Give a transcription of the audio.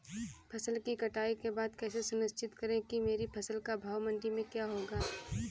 फसल की कटाई के बाद कैसे सुनिश्चित करें कि मेरी फसल का भाव मंडी में क्या होगा?